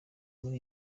muri